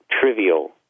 trivial